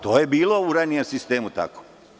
To je bilo u ranijem sistemu tako.